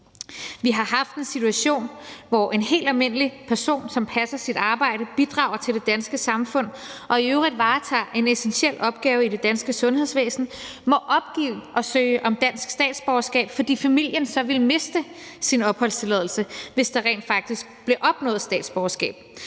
Vi har haft en situation, hvor en helt almindelig person, som passer sit arbejde, bidrager til det danske samfund og i øvrigt varetager en essentiel opgave i det danske sundhedsvæsen, må opgive at søge om dansk statsborgerskab, fordi familien så ville miste sin opholdstilladelse, hvis der rent faktisk blev opnået statsborgerskab.